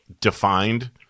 defined